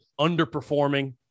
underperforming